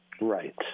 Right